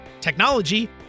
technology